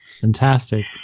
fantastic